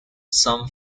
some